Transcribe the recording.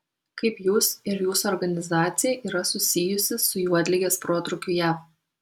kaip jūs ir jūsų organizacija yra susijusi su juodligės protrūkiu jav